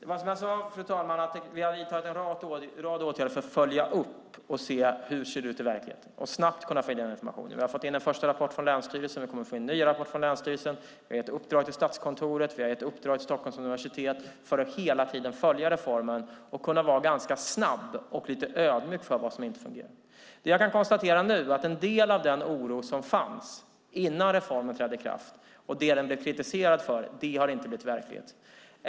Fru talman! Vi har vidtagit en rad åtgärder för att följa upp och se hur det ser ut i verkligheten och snabbt kunna få in den informationen. Vi har fått in en första rapport från länsstyrelsen, och vi kommer att få in nya rapporter från länsstyrelsen. Vi har gett uppdrag till Statskontoret och Stockholms universitet för att hela tiden följa reformen och kunna vara ganska snabba och lite ödmjuka när något inte fungerar. Jag konstaterar att en del av den oro som fanns innan reformen trädde i kraft inte var befogad, och det som den blev kritiserad för har inte blivit verklighet.